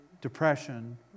depression